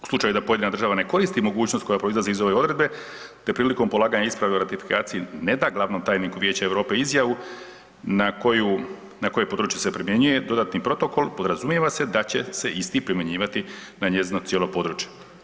U slučaju da pojedina država ne koristi mogućnost koja proizlazi iz ove odredbe te prilikom polaganja isprave o ratifikaciji ne da glavnom tajniku Vijeća Europe izjavu na koje područje se primjenjuje dodatni protokol, podrazumijeva se da će se isti primjenjivati na njezino cijelo područje.